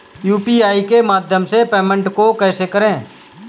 UPI के माध्यम से पेमेंट को कैसे करें?